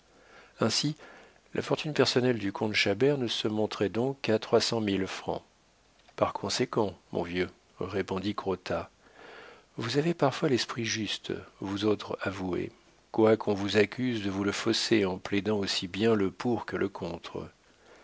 ainsi la fortune personnelle du comte chabert ne se monterait donc qu'à trois cent mille francs par conséquent mon vieux répondit crottat vous avez parfois l'esprit juste vous autres avoués quoiqu'on vous accuse de vous fausser en plaidant aussi bien le pour que le contre